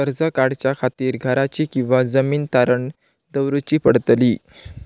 कर्ज काढच्या खातीर घराची किंवा जमीन तारण दवरूची पडतली?